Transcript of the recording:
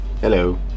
hello